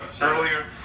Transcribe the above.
earlier